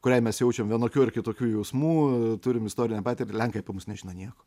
kuriai mes jaučiam vienokių ar kitokių jausmų turim istorinę patirtį lenkai apie mus nežino nieko